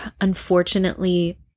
unfortunately